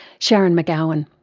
sharon mcgowan.